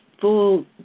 full